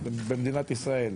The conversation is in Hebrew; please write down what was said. במדינת ישראל,